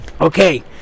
Okay